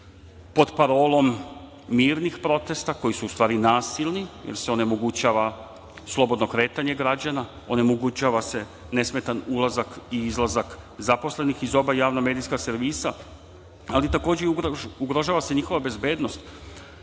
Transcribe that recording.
pod parolom mirnih protesta, koji su u stvari nasilni, jer se onemogućava slobodno kretanje građana, onemogućava se nesmetan ulazak i izlazak zaposlenih iz oba javna medijska servisa, ali takođe ugrožava se i njihova bezbednost. Tokom